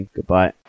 Goodbye